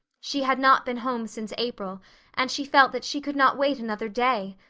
she had not been home since april and she felt that she could not wait another day.